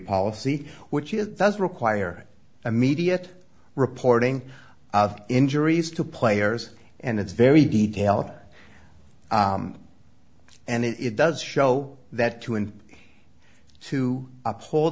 policy which is does require immediate reporting of injuries to players and it's very detailed and it does show that to and to uphold